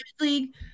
league